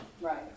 Right